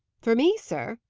for me, sir?